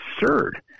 absurd